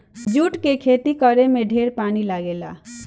जुट के खेती करे में ढेरे पानी लागेला